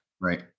Right